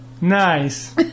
nice